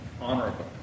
honorable